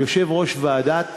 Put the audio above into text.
כי יושב-ראש ועדת